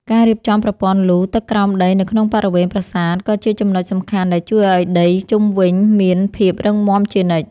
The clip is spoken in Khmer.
ការរៀបចំប្រព័ន្ធលូទឹកក្រោមដីនៅក្នុងបរិវេណប្រាសាទក៏ជាចំណុចសំខាន់ដែលជួយឱ្យដីជុំវិញមានភាពរឹងមាំជានិច្ច។